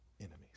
enemies